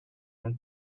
and